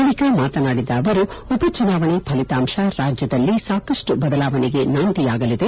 ಬಳಿಕ ಮಾತನಾಡಿದ ಅವರು ಉಪ ಚುನಾವಣೆ ಪಲಿತಾಂಸ ರಾಜ್ಯದಲ್ಲಿ ಸಾಕಷ್ಟು ಬದಲಾವಣೆಗೆ ನಾಂದಿಯಾಗಲಿದೆ